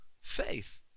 faith